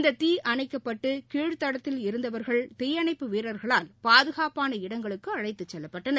இந்த தீ அணைக்கப்பட்டு கீழ் தளத்தில் இருந்தவர்கள் தீயணைப்பு வீரர்களால் பாதுகாப்பான இடங்களுக்கு அழைத்துச் செல்லப்பட்டனர்